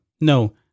No